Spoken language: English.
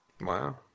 Wow